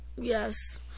Yes